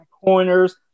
corners